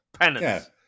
Penance